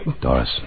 Doris